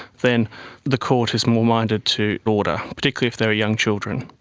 then the court is more minded to order, particularly if there are young children.